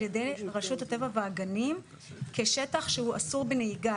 ידי רשות הטבע והגנים כשטח שאסור בנהיגה.